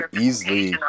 easily